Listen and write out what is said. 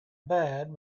bad